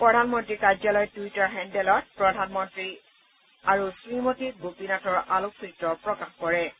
প্ৰধানমন্ত্ৰী কাৰ্যালয়ৰ টুইটাৰ হেণ্ডেলত প্ৰধান মন্ত্ৰী আৰু শ্ৰীমতী গোপীনাথৰ আলোকচিত্ৰ প্ৰকাশ কৰা হয়